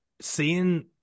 seeing